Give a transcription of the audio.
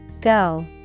Go